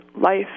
life